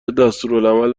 دستورالعمل